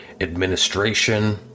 administration